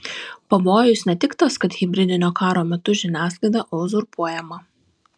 pavojus ne tik tas kad hibridinio karo metu žiniasklaida uzurpuojama